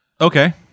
Okay